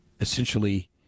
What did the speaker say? essentially